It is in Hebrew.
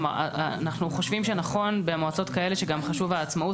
אנחנו חושבים שנכון במועצות כאלה שגם חשוב העצמאות,